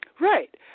right